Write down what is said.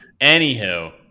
Anywho